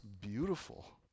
beautiful